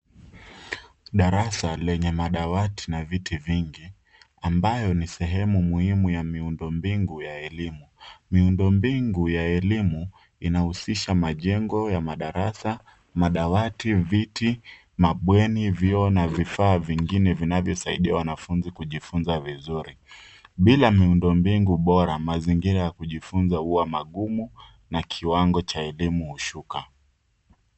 Daresa lenye madawati na viti vingi ambayo ni sehemu muhimi ya miundo mbingu ya elimu. Miundo mbingu ya elimu inahusisha majengo ya madarasa, madawati, viti, mabweni, vyoo na vifaa vingine vinavyosaidia wanafunzi kujifunza vizuri .Bila miundo mbingu bora mazingira ya kujifunza huwa ngumu na kiwango cha elimu hushuka.